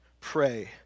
pray